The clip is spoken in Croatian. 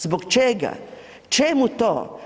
Zbog čega? čemu to?